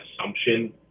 assumption